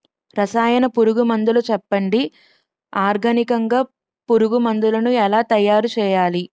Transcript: రసాయన పురుగు మందులు చెప్పండి? ఆర్గనికంగ పురుగు మందులను ఎలా తయారు చేయాలి?